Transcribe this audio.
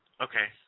Okay